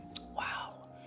wow